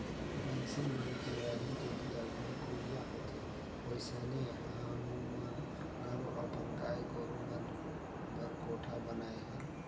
मइनसे मन के रहें के जघा कुरिया होथे ओइसने हमुमन घलो अपन गाय गोरु मन बर कोठा बनाये हन